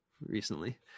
recently